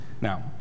Now